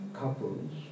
couples